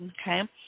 Okay